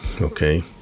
okay